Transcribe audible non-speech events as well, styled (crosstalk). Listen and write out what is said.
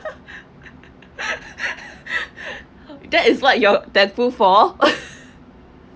(laughs) that is like your that full fall